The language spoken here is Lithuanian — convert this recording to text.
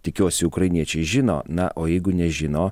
tikiuosi ukrainiečiai žino na o jeigu nežino